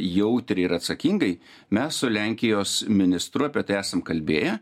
jautriai ir atsakingai mes su lenkijos ministru apie tai esam kalbėję